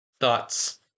Thoughts